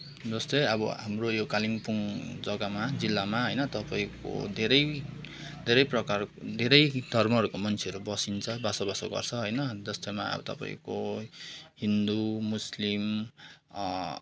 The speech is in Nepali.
जस्तै अब हाम्रो यो कालिम्पोङ जग्गामा जिल्लामा होइन तपाईँको धेरै धेरै प्रकार धेरै धर्महरूको मान्छेहरू बस्नुहुन्छ बसेबास गर्छ होइन जस्तोमा अब तपाईँको हिन्दू मुस्लिम